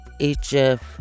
HF